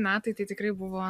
metai tai tikrai buvo